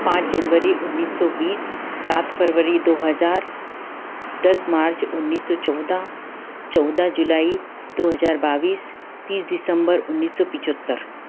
पाँच जनवरी उन्नीस सौ बीस सात फरवरी दो हजार दस मार्च उन्नीस सौ चौदह चौदह जुलाई दो हजार बावीस तीस दिसम्बर उन्नीस सौ पचहत्तर